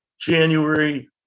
January